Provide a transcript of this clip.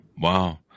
Wow